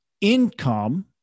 income